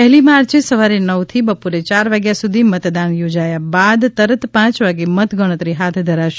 પહેલી માર્ચે સવારે નવથી બપોરે ચાર વાગ્યા સુધી મતદાન યોજાયા બાદ તુરંત પાંચ વાગે મત ગણતરી હાથ ધરાશે